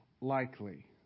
likely